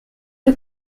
the